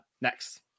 next